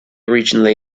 originally